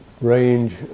Range